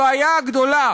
הבעיה הגדולה